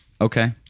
Okay